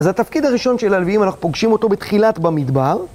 אז התפקיד הראשון של הלווים אנחנו פוגשים אותו בתחילת במדבר.